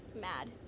mad